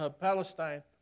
Palestine